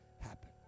happen